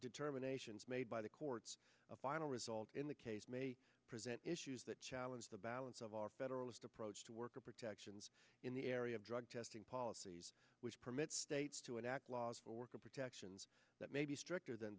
determinations made by the courts abidal result in the case may present issues that challenge the balance of our federal approach to worker protections in the area of drug testing policies which permit states to enact laws for worker protections that may be stricter than